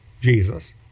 Jesus